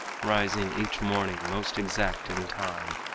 rising each morning most exact in time,